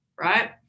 right